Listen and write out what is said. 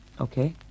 okay